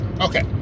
okay